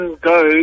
go